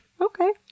Okay